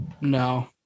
no